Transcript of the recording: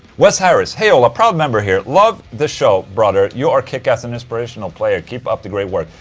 wes harris hey ola, proud member here. love the show brother. you are kick-ass an inspirational player. keep up the great work.